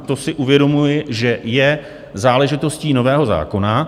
To si uvědomuji, že je záležitostí nového zákona.